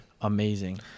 amazing